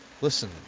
Listen